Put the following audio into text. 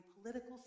political